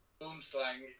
Boomslang